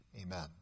amen